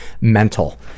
MENTAL